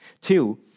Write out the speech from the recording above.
Two